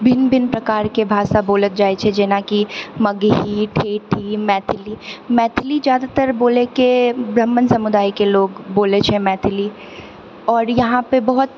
भिन्न भिन्न प्रकारके भाषा बोलल जाइ छै जेनाकी मगही ठेठी मैथिली मैथिली जादातर बोलैके ब्राह्मण समुदायके लोग बोलै छै मैथिली आओर यहाँपर बहुत